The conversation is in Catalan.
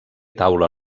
taula